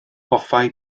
hoffai